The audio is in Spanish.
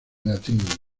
latín